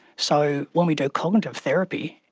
so when we do cognitive therapy,